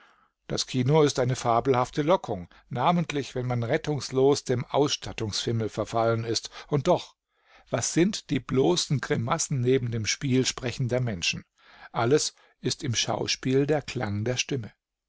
das kino ist eine fabelhafte lockung namentlich wenn man rettungslos dem ausstattungsfimmel verfallen ist und doch was sind die bloßen grimassen neben dem spiel sprechender menschen alles ist im schauspiel der klang der stimme